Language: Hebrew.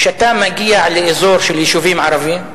כשאתה מגיע לאזור של יישובים ערביים,